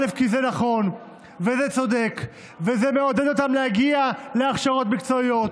כי זה נכון וזה צודק וזה מעודד אותם להגיע להכשרות מקצועיות,